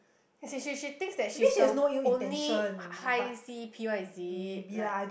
as in she she thinks that she's the only high high C_E_P one is it like